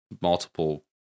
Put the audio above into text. multiple